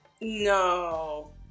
No